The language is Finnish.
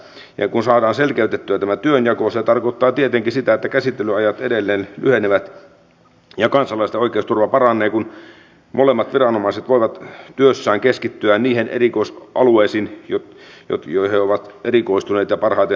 ja kun saadaan selkeytettyä tämä työnjako se tarkoittaa tietenkin sitä että käsittelyajat edelleen lyhenevät ja kansalaisten oikeusturva paranee kun molemmat viranomaiset voivat työssään keskittyä niihin erikoisalueisiin joihin he ovat erikoistuneet ja jotka he parhaiten hallitsevat